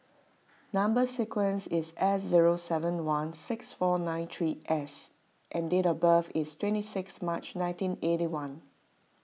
Number Sequence is S zero seven one six four nine three S and date of birth is twenty six March nineteen eighty one